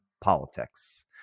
politics